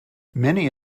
many